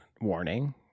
warning